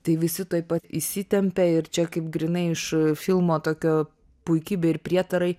tai visi tuoj pat įsitempia ir čia kaip grynai iš filmo tokio puikybė ir prietarai